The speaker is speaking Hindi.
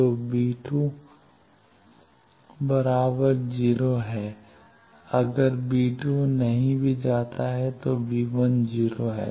तो 0 है अगर नहीं भी जाता है तो 0 है